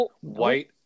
white